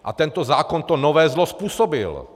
A tento zákon to nové zlo způsobil.